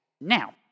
Now